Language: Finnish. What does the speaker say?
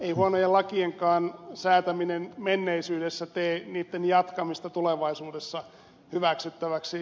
ei huonojen lakienkaan säätäminen menneisyydessä tee niitten jatkamista tulevaisuudessa hyväksyttäväksi